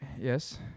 Yes